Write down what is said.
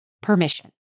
permission